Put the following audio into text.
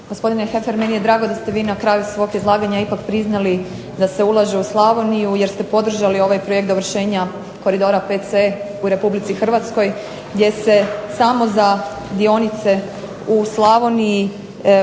Gospodine Heffer meni je drago da ste vi na kraju svog izlaganja ipak priznali da se ulaže u Slavoniju, jer ste podržali ovaj projekt dovršenja Koridora 5c u Hrvatskoj gdje se samo za dionice u Slavoniji, ulaže